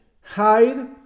hide